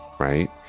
right